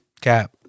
cap